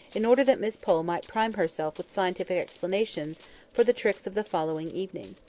in order that miss pole might prime herself with scientific explanations for the tricks of the following evening.